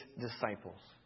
disciples